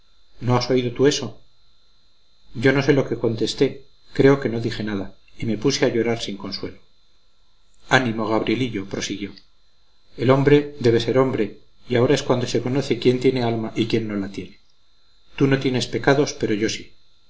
no has oído tú eso yo no sé lo que contesté creo que no dije nada y me puse a llorar sin consuelo ánimo gabrielillo prosiguió el hombre debe ser hombre y ahora es cuando se conoce quién tiene alma y quién no la tiene tú no tienes pecados pero yo sí